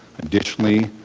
additionally,